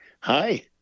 Hi